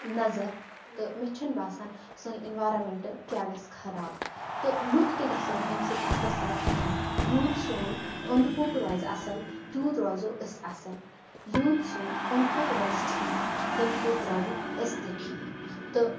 نظر تہٕ مےٚ چھَنہٕ باسان سٲنۍ اِنوارَمٮ۪نٛ کیٛاہ گژھِ خراب تہٕ لُکھ تہِ گژھن امہِ سۭتۍ اثرزَدٕ کِہیٖنۍ یوٗت سون اوٚنٛد پوٚک روزِ اَصٕل تیوٗت روزو أسۍ اَصٕل یوٗت سون اوٚنٛد پوٚک روزِ ٹھیٖک تمہِ پٔتۍ روزو أسۍ تہِ ٹھیٖک تہٕ